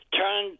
turn